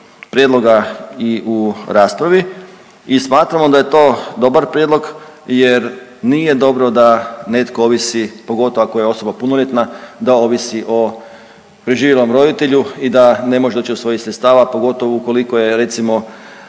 prijedloga i u raspravi i smatramo da je to dobar prijedlog jer nije dobro da netko ovisi, pogotovo ako je osoba punoljetna, da ovisi o preživjelom roditelju i da ne može doći do svojih sredstava, pogotovo ukoliko je, recimo,